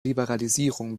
liberalisierung